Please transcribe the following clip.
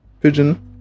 pigeon